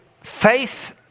faith